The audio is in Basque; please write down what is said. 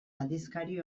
aldizkari